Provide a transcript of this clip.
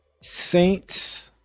Saints